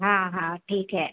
हाँ हाँ ठीक है